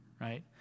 right